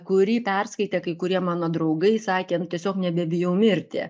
kurį perskaitę kai kurie mano draugai sakė nu tiesiog nebebijau mirti